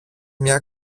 μια